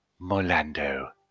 Molando